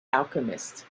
alchemist